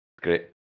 Great